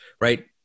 right